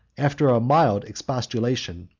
after a mild expostulation,